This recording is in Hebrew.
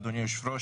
אדוני היושב ראש,